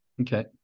Okay